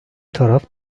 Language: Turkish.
taraf